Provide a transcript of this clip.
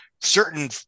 Certain